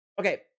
okay